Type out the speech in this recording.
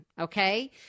okay